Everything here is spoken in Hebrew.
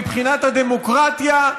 מבחינת הדמוקרטיה,